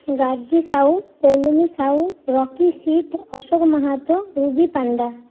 Gargi Sau Paulami Sau Rocky Sit Ashok Mahato Ruby পান্ডা